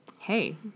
Hey